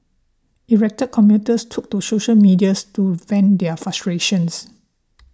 irate commuters took to social medias to vent their frustration